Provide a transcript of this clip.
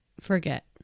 forget